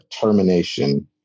termination